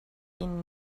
ihnen